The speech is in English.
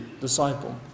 disciple